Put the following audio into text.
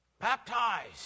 Baptized